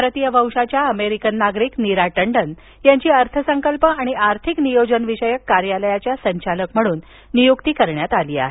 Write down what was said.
भारतीय वंशाच्या अमेरिकन नागरिक नीरा टंडन यांना अर्थसंकल्प आणि आर्थिक नियोजन विषयक कार्यालयाच्या संचालक म्हणन नियुक्त करण्यात आलं आहे